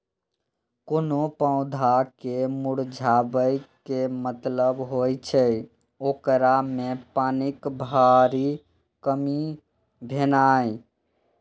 कोनो पौधा के मुरझाबै के मतलब होइ छै, ओकरा मे पानिक भारी कमी भेनाइ